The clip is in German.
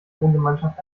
wohngemeinschaft